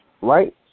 right